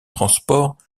transport